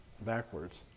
backwards